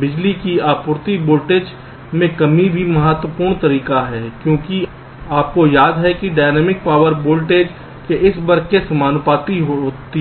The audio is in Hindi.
बिजली की आपूर्ति वोल्टेज में कमी भी बहुत महत्वपूर्ण तरीका है क्योंकि आपको याद है कि गतिशील शक्ति डायनामिक पावर वोल्टेज के इस वर्ग के समानुपाती होती है